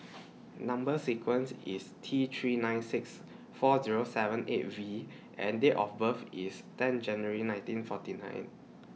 Number sequence IS T three nine six four Zero seven eight V and Date of birth IS ten January nineteen forty nine